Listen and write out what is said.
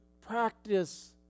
practice